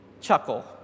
chuckle